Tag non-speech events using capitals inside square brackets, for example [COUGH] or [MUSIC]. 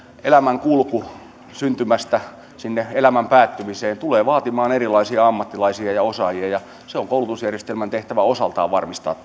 elämänkulku syntymästä sinne elämän päättymiseen tulee vaatimaan erilaisia ammattilaisia ja osaajia ja on koulutusjärjestelmän tehtävä osaltaan varmistaa [UNINTELLIGIBLE]